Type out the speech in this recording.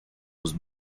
was